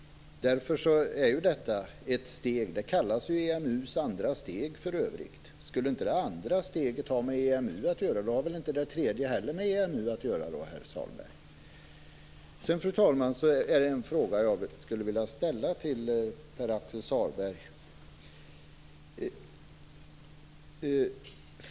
Det kallas ju EMU:s andra steg för övrigt. Skulle inte det andra steget ha med EMU att göra, har väl inte heller det tredje med EMU Sedan, fru talman, är det en fråga som jag skulle vilja ställa till Pär-Axel Sahlberg.